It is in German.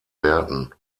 werten